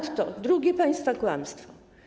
Drugie państwa kłamstwo.